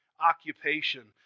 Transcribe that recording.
Occupation